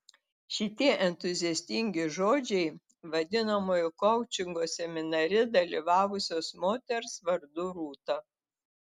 šitie entuziastingi žodžiai vadinamojo koučingo seminare dalyvavusios moters vardu rūta